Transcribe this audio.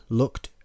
looked